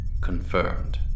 confirmed